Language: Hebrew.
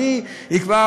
אני אקבע,